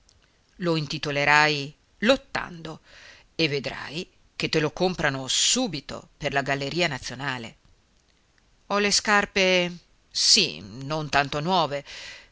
lo intitolerai lottando e vedrai che te lo comprano subito per la galleria nazionale ho le scarpe sì non tanto nuove